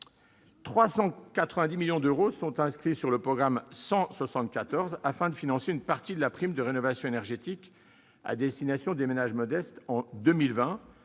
390 millions d'euros sont également inscrits sur le programme 174 afin de financer une partie de la prime de rénovation énergétique à destination des ménages modestes en 2020,